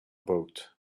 boat